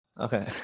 Okay